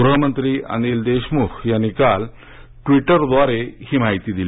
गृहमंत्री अनिल देशमुख यांनी काल ट्विटरद्वारे ही माहिती दिली